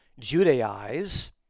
Judaize